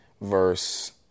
verse